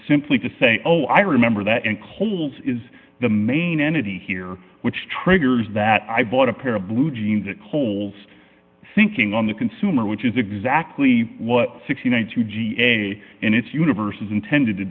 simply to say oh i remember that and coles is the main entity here which triggers that i bought a pair of blue jeans whole also thinking on the consumer which is exactly what sixty nine to ga and its universe is intended to